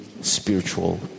spiritual